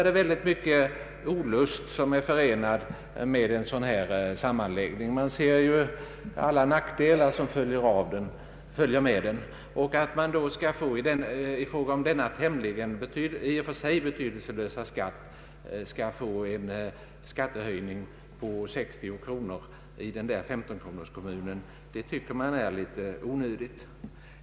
Det är mycken olust förenad med en sådan här sammanläggning — man ser ju alla nackdelar som följer med den och bortser gärna från fördelarna — och att man då i fråga om denna i och för sig tämligen betydelselösa skatt skall få en höjning med 60 kronor i den där 15-kronorskommunen kan tyckas litet onödigt.